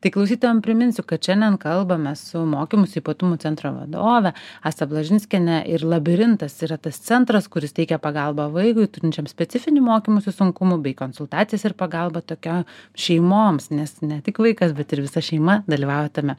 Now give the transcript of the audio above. tai klausytojam priminsiu kad šiandien kalbamės su mokymosi ypatumų centro vadove asta blažinskiene ir labirintas yra tas centras kuris teikia pagalbą vaikui turinčiam specifinių mokymosi sunkumų bei konsultacijas ir pagalbą tokia šeimoms nes ne tik vaikas bet ir visa šeima dalyvauja tame